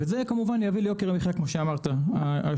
זה כמובן יביא ליוקר המחייה כמו שאמרת היו"ר.